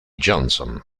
johnson